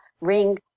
ring